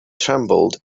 trembled